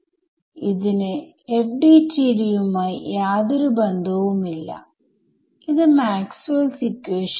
എങ്ങനെയാണ് ഒരു അർഥവത്തായ സൊല്യൂഷൻ കിട്ടുക എന്ന് അറിയുന്നതിന് വേണ്ടി ന്യൂമറിക്കൽ അനാലിസിസ് നമുക്ക് ഇവിടെ പഠിക്കാം